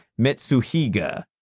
Mitsuhiga